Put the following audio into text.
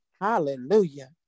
Hallelujah